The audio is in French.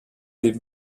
des